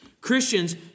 Christians